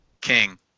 king